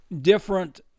different